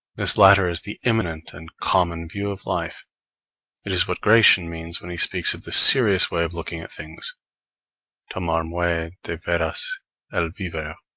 this latter is the immanent and common view of life it is what gracian means when he speaks of the serious way of looking at things tomar and muy de veras el vivir.